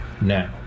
now